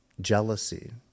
jealousy